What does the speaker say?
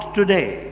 today